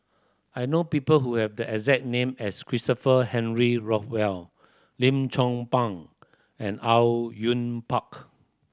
I know people who have the exact name as Christopher Henry Rothwell Lim Chong Pang and Au Yun Pak